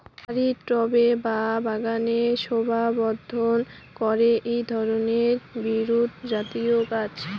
বাড়ির টবে বা বাগানের শোভাবর্ধন করে এই ধরণের বিরুৎজাতীয় গাছ